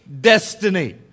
destiny